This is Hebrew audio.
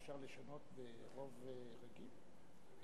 אפשר לשנות ברוב רגיל.